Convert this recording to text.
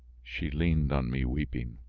she leaned on me weeping.